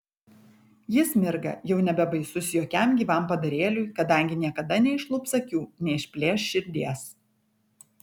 jis mirga jau nebebaisus jokiam gyvam padarėliui kadangi niekada neišlups akių neišplėš širdies